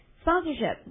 Sponsorship